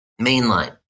Mainline